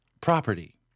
property